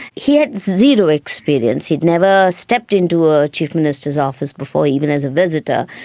he had zero experience. he had never stepped into a chief minister's office before, even as a visitor,